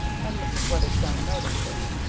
and mrs. weatherstone noticed it.